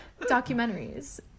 documentaries